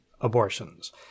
abortions